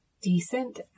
decent